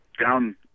down